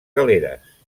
galeres